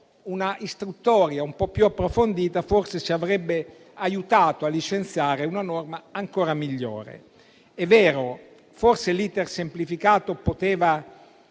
un'istruttoria un po' più approfondita forse ci avrebbe aiutato a licenziare una norma ancora migliore. È vero, forse l'*iter* per semplificato poteva